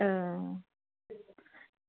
आं